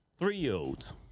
Three-year-olds